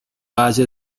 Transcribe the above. valle